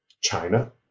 China